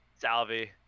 Salvi